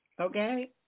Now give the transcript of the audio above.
Okay